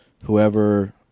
Whoever